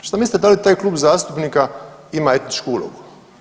Šta mislite da li taj Klub zastupnika ima etičku ulogu.